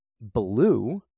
blue